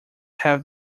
have